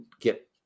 get